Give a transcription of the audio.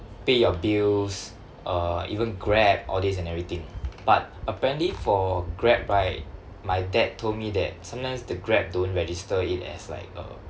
pay your bills uh even grab all this and everything but apparently for Grab right my dad told me that sometimes the Grab don't register it as like a